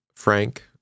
Frank